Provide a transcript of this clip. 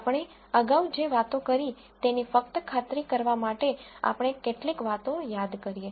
આપણે અગાઉ જે વાતો કરી તેની ફક્ત ખાતરી કરવા માટે આપણે કેટલીક વાતો યાદ કરીએ